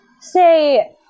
say